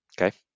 okay